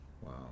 Wow